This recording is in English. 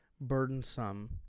burdensome